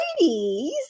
ladies